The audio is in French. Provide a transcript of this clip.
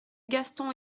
gaston